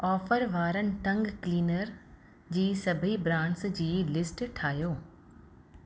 offer वारनि tongue cleaner जी सभई ब्रांडस जी लिस्ट ठाहियो